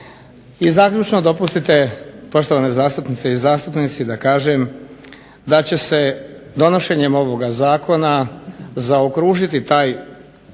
I zaključno, dopustite poštovane zastupnice i zastupnici da kažem da će se donošenjem ovoga zakona zaokružiti taj